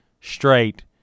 straight